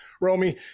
Romy